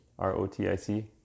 R-O-T-I-C